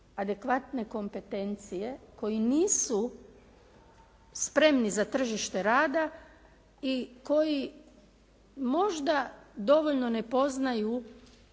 adekvatne kompetencije, koji nisu spremni za tržište rada i koji možda dovoljno ne poznaju